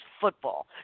football